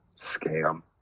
scam